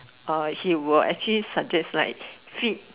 oh he will actually suggest like feed